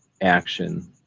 action